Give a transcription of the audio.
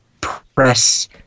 press